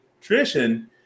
tradition